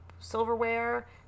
silverware